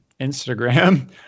Instagram